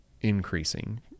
increasing